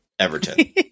Everton